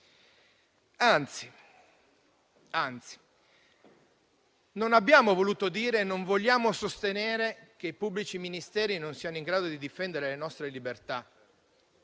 non abbiamo voluto dire e non vogliamo sostenere che i pubblici ministeri non siano in grado di difendere le nostre libertà.